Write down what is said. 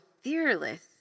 fearless